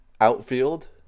outfield